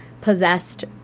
possessed